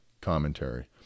commentary